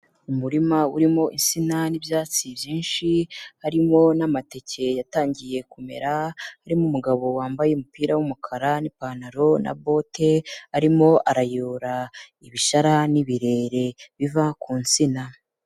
Umurima urimo insina n'ibyatsi byinshi, harimo n'amateke yatangiye kumera, harimo umugabo wambaye umupira w'umukara n'ipantaro na bote, arimo arayora ibishara n'ibirere biva ku nsina.